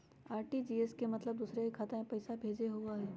RTGS के मतलब दूसरे के खाता में पईसा भेजे होअ हई?